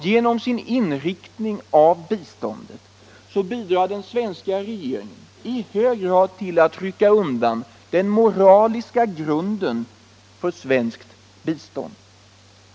Genom sin inriktning av biståndet bidrar den svenska regeringen i hög grad till att rycka undan den moraliska grunden för svenskt bistånd.